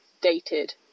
dated